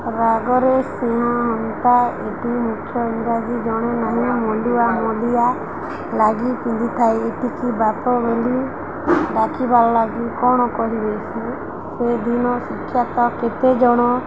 ରାଗରେ ସିହ ହଣ୍ଟା ଏଠି ମୁଖ୍ୟ ଇଂରାଜୀ ଜଣେ ନାହିଁ ମଲୁଆ ମଲିଆ ଲାଗି ପିନ୍ଧିଥାଏ ଏଠିକି ବାପ ବୋଲି ଡାକିବାର୍ ଲାଗି କଣ କରିବେ ସେ ସେ ଦିନ ଶିକ୍ଷାଟା କେତେଜଣ